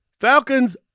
Falcons